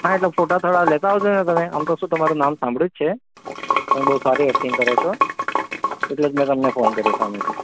હા એટલે ફોટા થોડા લેતા આવજો ને તમે આમ તો શું તમારું નામ સાંભળ્યું જ છે તમે બહુ સારી એકટિંગ કરો છો એટલે જ મેં તમને ફોન કર્યો સામેથી